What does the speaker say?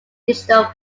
digital